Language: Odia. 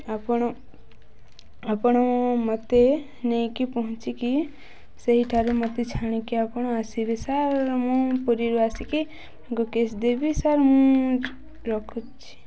ଆପଣ ଆପଣ ମୋତେ ନେଇକି ପହଞ୍ଚିକି ସେଇଠାରୁ ମୋତେ ଛାଣିକି ଆପଣ ଆସିବେ ସାର୍ ମୁଁ ପୁରୀରୁ ଆସିକି କ୍ୟାଶ୍ ଦେବି ସାର୍ ମୁଁ ରଖୁଛି